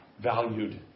valued